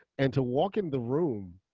and to walk in the room,